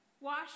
Wash